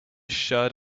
shirt